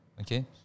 Okay